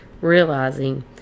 realizing